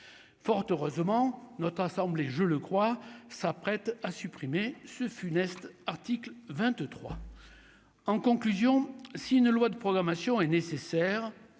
fort heureusement notre assemblée je le crois, s'apprête à supprimer ce funeste article 23 en conclusion, si une loi de programmation est nécessaire,